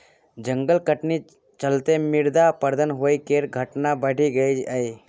जंगल कटनी चलते मृदा अपरदन होइ केर घटना बढ़ि गेलइ यै